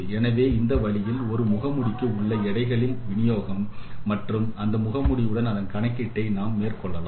எனவே இந்த வழியில் ஒரு முகமூடிக்கு உள்ள எடைகளில் வினியோகம் மற்றும் அந்த முகமூடியுடன் அதன் கணக்கீட்டை நாம் மேற்கொள்ளலாம்